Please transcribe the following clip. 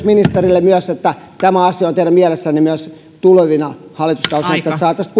ministerille myös että tämä asia on teidän mielessänne niin että myös tulevina hallituskausina se saataisiin